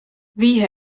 wie